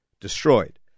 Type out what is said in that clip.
Destroyed